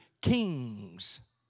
kings